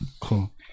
Cool